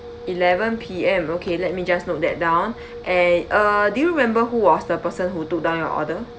eleven P_M okay let me just note that down and uh do you remember who was the person who took down your order